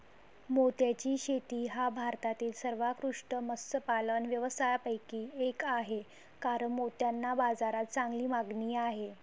मोत्याची शेती हा भारतातील सर्वोत्कृष्ट मत्स्यपालन व्यवसायांपैकी एक आहे कारण मोत्यांना बाजारात चांगली मागणी आहे